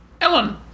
Ellen